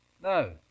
No